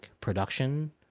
production